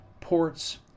ports